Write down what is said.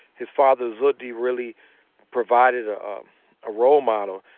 his father zuhdi really provided ah um a role model,